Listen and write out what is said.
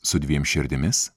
su dviem širdimis